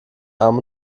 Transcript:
arm